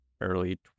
early